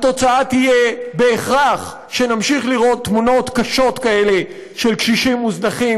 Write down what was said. התוצאה תהיה בהכרח שנמשיך לראות תמונות קשות כאלה של קשישים מוזנחים,